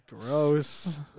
Gross